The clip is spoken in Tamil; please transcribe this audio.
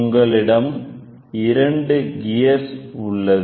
உங்களிடம் இரண்டு கியர் உள்ளது